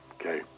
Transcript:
Okay